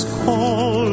call